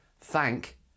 thank